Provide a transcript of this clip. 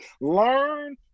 Learn